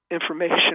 information